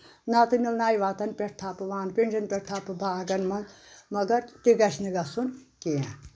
نَتہٕ مِلنایہِ وَتَن پؠٹھ تھپہٕ وانہٕ پِیجَن پؠٹھ تھپہٕ باغن منٛز مگر تہِ گژھِ نہٕ گژھُن کینٛہہ